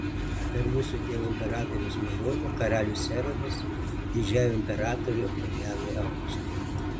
per mūsų tėvo imperatoriaus malonę karalius erodas didžiajam imperatoriui oktavianui augustui